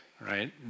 right